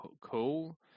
Cool